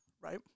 Right